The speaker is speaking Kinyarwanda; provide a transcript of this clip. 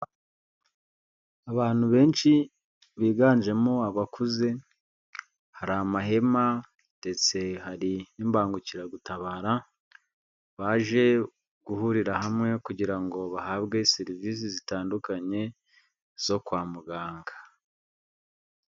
Abantu benshi biganjemo abakuze, hari amahema ndetse hari n'ibangukiragutabara, baje guhurira hamwe kugira ngo bahabwe serivisi zitandukanye, zo kwa muganga.